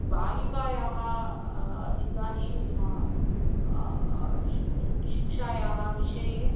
बालिकायाः इदानीं श् शिक्षायाः विषये